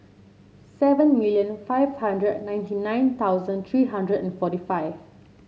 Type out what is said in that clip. seven million five hundred ninety nine thousand three hundred and forty five